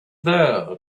there